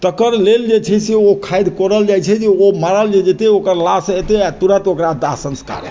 तकर लेल जे छै से ओ खादि कोरल जाइ छै जे ओ मारल जे जेतै ओकर लाश एतै आ तुरंत ओकर दाह संस्कार हेतै